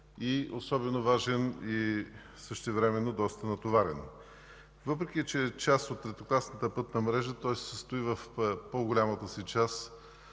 е особено важен, но и същевременно доста натоварен. Въпреки че е част от третокласната пътна мрежа, той се състои в по-голямата си част